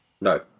No